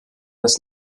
das